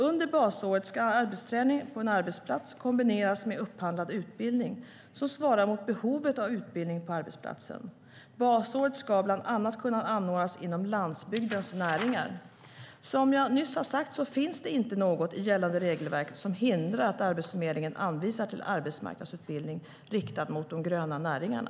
Under basåret ska arbetsträning på en arbetsplats kombineras med upphandlad utbildning som svarar mot behovet av utbildning på arbetsplatsen. Basåret ska bland annat kunna anordnas inom landsbygdens näringar. Som jag nyss har sagt finns det inte något i gällande regelverk som hindrar att Arbetsförmedlingen anvisar till arbetsmarknadsutbildning riktad mot de gröna näringarna.